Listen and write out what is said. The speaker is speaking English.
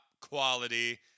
Quality